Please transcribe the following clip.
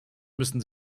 müssen